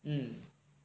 mm